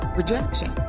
rejection